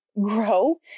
grow